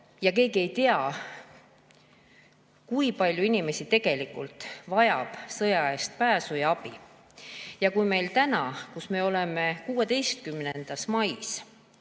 Ja keegi ei tea, kui palju inimesi tegelikult vajab sõja eest pääsu ja abi. Ja meil täna, kui meil on 16. mai,